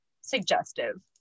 suggestive